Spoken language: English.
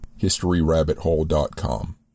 historyrabbithole.com